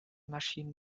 maschinen